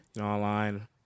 online